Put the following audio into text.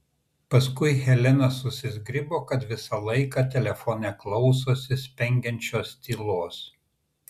paskui helena susizgribo kad visą laiką telefone klausosi spengiančios tylos